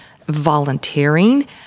volunteering